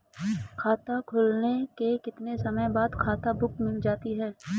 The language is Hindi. खाता खुलने के कितने समय बाद खाता बुक मिल जाती है?